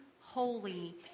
holy